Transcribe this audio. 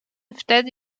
wtedy